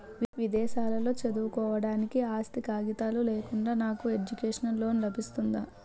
విదేశాలలో చదువుకోవడానికి ఆస్తి కాగితాలు లేకుండా నాకు ఎడ్యుకేషన్ లోన్ లబిస్తుందా?